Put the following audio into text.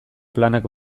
planak